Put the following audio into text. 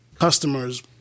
customers